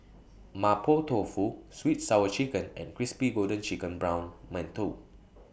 Mapo Tofu Sweet Sour Chicken and Crispy Golden Chicken Brown mantou